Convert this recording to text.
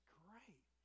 great